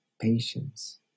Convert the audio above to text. patience